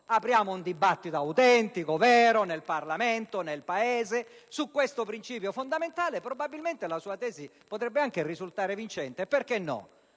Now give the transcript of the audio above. Apriamo allora un dibattito autentico, vero, nel Parlamento e nel Paese su questo principio fondamentale. La sua tesi potrà anche risultare vincente, perché no?